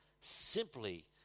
simply